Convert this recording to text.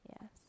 Yes